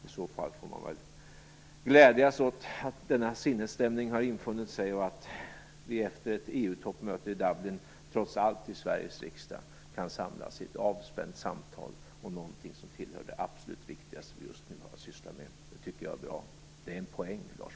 I så fall får man väl glädjas åt att denna sinnesstämning har infunnit sig och att vi efter ett EU toppmöte i Dublin trots allt i Sveriges riksdag kan samlas i ett avspänt samtal om någonting som hör till det absolut viktigaste som vi just nu har att syssla med. Det tycker jag är bra. Det är en poäng, Lars